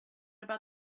about